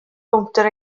gownter